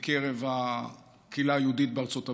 בקרב הקהילה היהודית בארצות הברית,